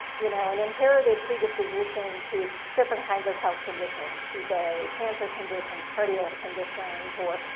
you know, an inherited predisposition to different kinds of health conditions be they cancer conditions, cardiac conditions, or,